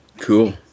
Cool